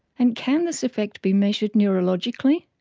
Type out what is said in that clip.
and can this effect be measured neurologically?